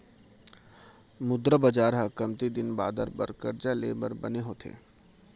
मुद्रा बजार ह कमती दिन बादर बर करजा ले बर बने होथे